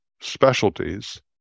specialties